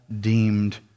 deemed